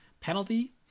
penalty